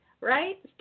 right